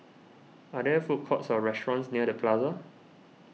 are there food courts or restaurants near the Plaza